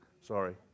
Sorry